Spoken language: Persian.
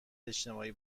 اجتماعی